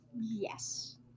Yes